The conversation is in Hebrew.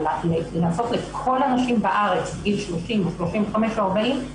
אבל לעשות לכל הנשים בארץ בגיל 30 ו-35 או 40,